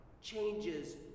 changes